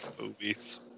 movies